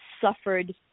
suffered